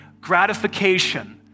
gratification